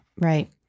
right